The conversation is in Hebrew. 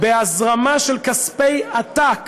בהזרמה של כספי עתק